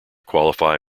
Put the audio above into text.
qualify